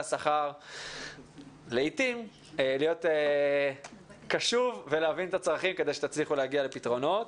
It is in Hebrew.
השכר לעתים להיות קשוב ולהבין את הצרכים כדי שתצליחו להגיע לפתרונות.